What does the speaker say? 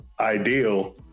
ideal